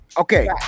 Okay